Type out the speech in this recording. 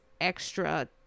extra